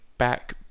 back